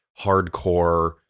hardcore